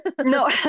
No